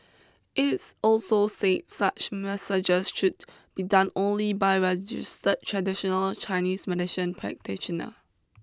it's also say such massages should be done only by registered such traditional Chinese medicine practitioner